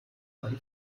eine